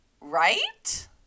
Right